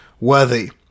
worthy